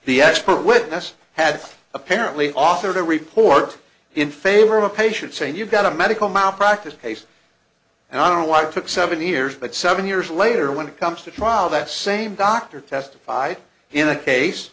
the expert witness had apparently authored a report in favor of a patient saying you've got a medical malpractise case and i don't want to pick seven years but seven years later when it comes to trial that same doctor testified in a case